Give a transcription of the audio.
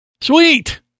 Sweet